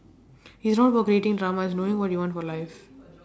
it's not about creating drama it's knowing what you want for life